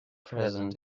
present